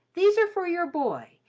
these are for your boy,